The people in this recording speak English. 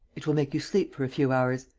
it will make you sleep for a few hours.